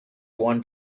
want